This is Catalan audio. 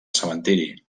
cementiri